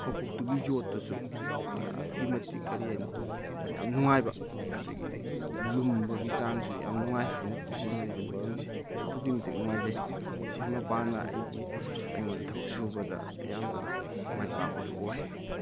ꯃꯀꯣꯛꯇꯨꯒꯤ ꯌꯨꯠꯇꯨꯁꯨ ꯑꯗꯨꯛꯀꯤ ꯃꯇꯤꯛ ꯀꯔꯤ ꯍꯥꯏꯅꯤ ꯌꯥꯝ ꯅꯨꯡꯉꯥꯏꯕ ꯑꯗꯒꯤ ꯂꯨꯝꯕꯒꯤ ꯆꯥꯡꯁꯨ ꯌꯥꯝ ꯅꯨꯡꯉꯥꯏ ꯑꯩꯅ ꯁꯤꯖꯤꯟꯅꯔꯤꯕ ꯅꯨꯡꯊꯪꯁꯦ ꯑꯗꯨꯛꯀꯤ ꯃꯇꯤꯛ ꯅꯨꯡꯉꯥꯏꯖꯩ ꯁꯤꯒꯤ ꯃꯄꯥꯟꯅ ꯑꯩꯒꯤ ꯑꯩꯉꯣꯟꯗ ꯊꯕꯛ ꯁꯨꯕꯗ ꯌꯥꯝꯅ ꯃꯥꯏ ꯄꯥꯛꯄꯗꯨ ꯑꯣꯏ